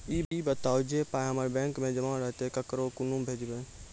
ई बताऊ जे पाय हमर बैंक मे जमा रहतै तऽ ककरो कूना भेजबै?